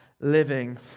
living